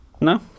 No